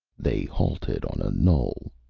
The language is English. they halted on a knoll.